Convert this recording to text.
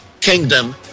kingdom